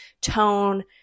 tone